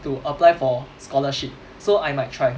to apply for scholarship so I might try